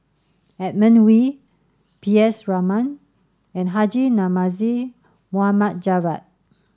Edmund Wee P S Raman and Haji Namazie Mohd Javad